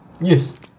yes